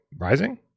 Rising